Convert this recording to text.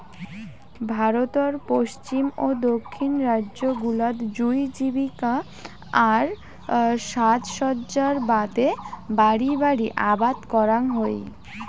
ভারতর পশ্চিম ও দক্ষিণ রাইজ্য গুলাত জুঁই জীবিকা আর সাজসজ্জার বাদে বাড়ি বাড়ি আবাদ করাং হই